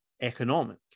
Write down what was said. economic